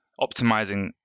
optimizing